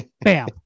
bam